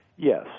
Yes